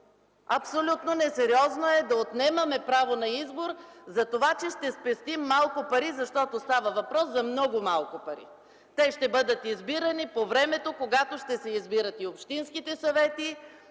Абсолютно несериозно е да отнемаме право на избор за това, че ще спестим малко пари, защото става въпрос за много малко пари. Те ще бъдат избирани по времето, когато ще се избират и общинските съвети,